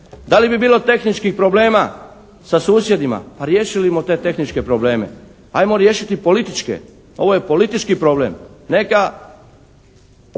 Da li bi bilo tehničkih problema sa susjedima? Pa riješili bismo te tehničke probleme. Ajmo riješiti političke. Ovo je politički problem. Neka